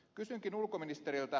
kysynkin ulkoministeriltä